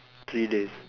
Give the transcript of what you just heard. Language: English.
three days